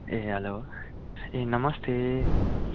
ए hello ए नमस्ते